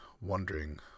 wondering